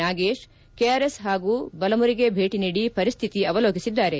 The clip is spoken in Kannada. ನಾಗೇಶ್ ಕೆಆರ್ಎಸ್ ಹಾಗು ಬಲಮುರಿಗೆ ಬೇಟಿ ನೀಡಿ ಪರಿಸ್ತಿತಿ ಅವಲೋಕಿಸಿದ್ದಾರೆ